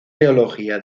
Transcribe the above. teología